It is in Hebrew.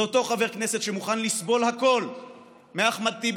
זה אותו חבר כנסת שמוכן לסבול הכול מאחמד טיבי